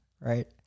right